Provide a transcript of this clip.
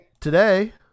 Today